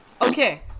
Okay